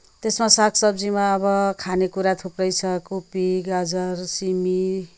त्यसमा सागसब्जीमा अब खानेकुरा थुप्रै छ कोपी गाजर सिमी